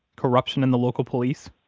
corruption in the local police?